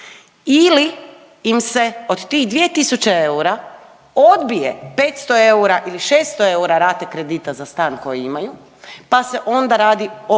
ili im se od tih 2 tisuće eura odbije 500 eura ili 600 eura rate kredita za stan koji imaju pa se onda radi o